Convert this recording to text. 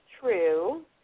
true